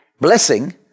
blessing